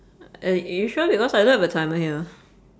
ar~ are you sure because I don't have a timer here